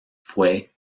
fue